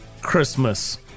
Christmas